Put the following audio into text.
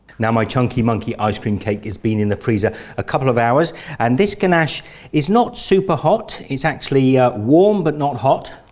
now my chunky monkey ice cream cake is been in the freezer a couple of hours and this ganache is not super hot it's actually warm but not hot.